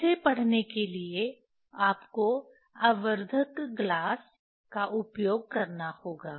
इसे पढ़ने के लिए आपको आवर्धक ग्लास का उपयोग करना होगा